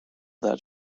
that